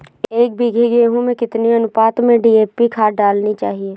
एक बीघे गेहूँ में कितनी अनुपात में डी.ए.पी खाद डालनी चाहिए?